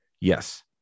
Yes